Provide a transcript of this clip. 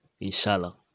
Inshallah